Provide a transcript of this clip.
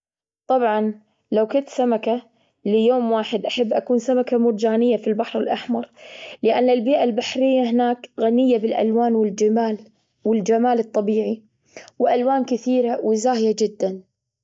طبعا لو كنت سمكة ليوم واحد أحب أكون سمكة مرجانية في البحر الأحمر لأن البيئة البحرية هناك غنية بالألوان والجمال، والجمال الطبيعي وألوان كثيرة وزاهية جدا.